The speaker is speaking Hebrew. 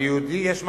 על יהודי יש מטלות.